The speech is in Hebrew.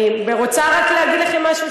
אני רוצה רק להגיד לכם משהו.